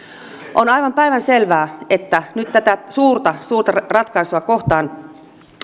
on aivan päivänselvää että nyt tätä suurta suurta ratkaisua kohtaan